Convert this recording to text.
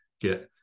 get